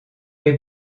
les